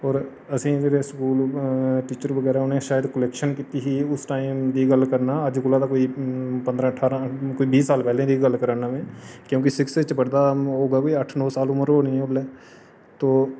होर असेंगी फिर स्कूल टीचर बगैरा शायद उ'नें कोलैक्शन कीती ही उस टाईम दी गल्ल करना अज्ज कल ता कोई पंदरां ठारां कोई बीह् साल पैह्लें दी गै गल्ल करा ना में क्योंकि सिक्स्थ च पढ़दा हा होगा कोई अट्ठ नौ साल उमर होनी ही उल्लै तो